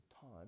time